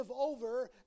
over